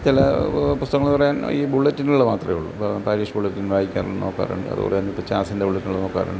ചില പുസ്തകങ്ങൾ എന്ന് പറയാൻ ഈ ബുള്ളറ്റ്കൾ മാത്രമേയുള്ളു അപ്പം പാരിഷ് ബുള്ളറ്റിൻ വായിക്കാറുണ്ട് നോക്കാറുണ്ട് അതുപോലെ തന്നെ ഈ ജാസിൻ്റെ ബുള്ളറ്റ്കൾ നോക്കാറുണ്ട്